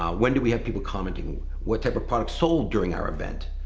when do we have people commenting? what type of products sold during our event?